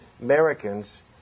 Americans